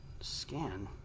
scan